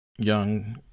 young